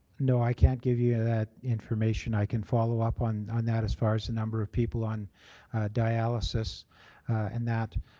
no, i can't give you that information. i can follow up on on that as far as the number of people on dialysis and that,